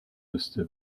wüsste